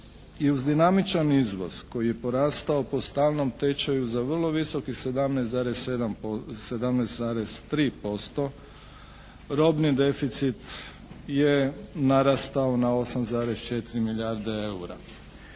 uz dinamičan izvoz koji je porastao po stalnom tečaju za vrlo visokih 17,3% robni deficit je narastao na 8,4 milijarde eura.